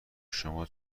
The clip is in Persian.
شما